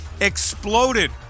exploded